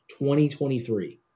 2023